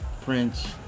prince